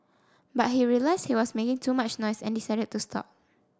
but he realised he was making too much noise and decided to stop